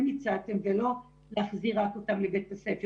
הצעתם ולא להחזיר רק אותם לבית הספר,